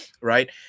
right